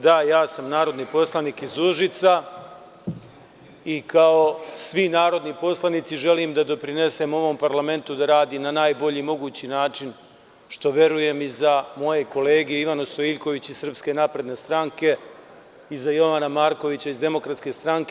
Da, ja sam narodni poslanik iz Užica i kao svi narodni poslanici želim da doprinesem ovom parlamentu da radi na najbolji mogući način, što verujem i za moje kolege Ivanu Stojiljković iz Srpske napredne stranke i za Jovana Markovića iz Demokratske stranke.